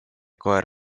koer